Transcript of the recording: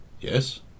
Yes